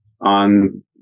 on